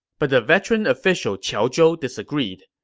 but the veteran official qiao zhou disagreed.